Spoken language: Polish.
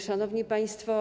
Szanowni Państwo!